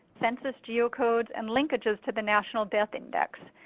census geocodes, and linkages to the national death index.